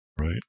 right